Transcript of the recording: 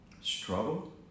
struggle